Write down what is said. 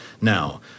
Now